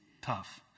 tough